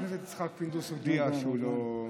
תגיד לו שאני שוקל להיפגע.